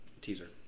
teaser